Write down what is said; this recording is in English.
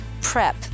PREP